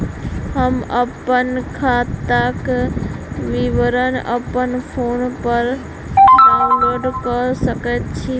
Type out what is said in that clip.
हम अप्पन खाताक विवरण अप्पन फोन पर डाउनलोड कऽ सकैत छी?